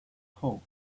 hope